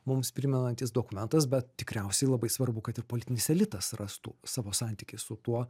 mums primenantis dokumentas bet tikriausiai labai svarbu kad ir politinis elitas rastų savo santykį su tuo